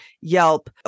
Yelp